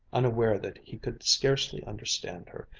unaware that he could scarcely understand her,